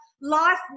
life